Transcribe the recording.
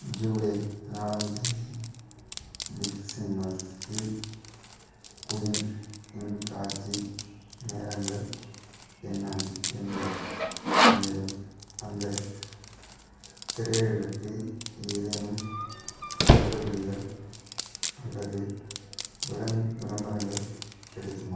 ஜூலை நாலாம் தேதி Big Cinemas இல் குயின் இன் காட்சி நேரங்கள் என்ன என்ன என்ன மேலும் அந்தத் திரையிடலுக்கு ஏதேனும் தள்ளுபடிகள் அல்லது விளம் விளம்பரங்கள் கிடைக்குமா